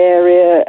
area